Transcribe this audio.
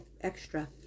extra